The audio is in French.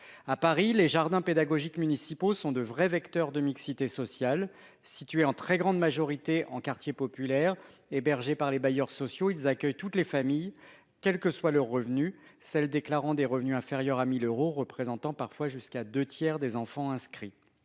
À Paris, les jardins pédagogiques municipaux sont de vrais vecteurs de mixité sociale. Situés en très grande majorité en quartier populaire, hébergés par les bailleurs sociaux, ils accueillent toutes les familles, quels que soient leurs revenus, celles qui déclarent des revenus inférieurs à 1 000 euros représentant parfois jusqu'à deux tiers des enfants inscrits.